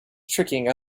tricking